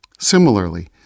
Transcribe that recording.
Similarly